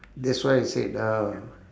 that's why I said the